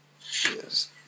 yes